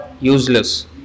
Useless